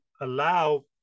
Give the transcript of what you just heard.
allow